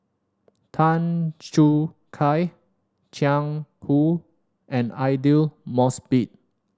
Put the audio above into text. Tan Choo Kai Jiang Hu and Aidli Mosbit